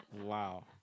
Wow